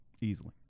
Easily